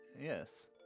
Yes